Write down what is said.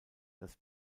das